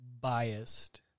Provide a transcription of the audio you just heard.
biased